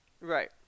Right